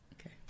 Okay